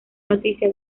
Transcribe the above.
noticia